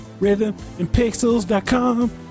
Rhythmandpixels.com